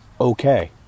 okay